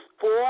four-